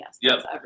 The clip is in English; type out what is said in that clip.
yes